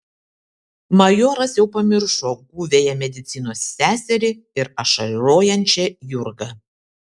majoras jau pamiršo guviąją medicinos seserį ir ašarojančią jurgą